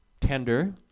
tender